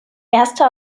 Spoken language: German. erste